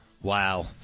Wow